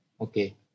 Okay